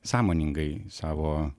sąmoningai savo